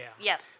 Yes